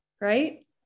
right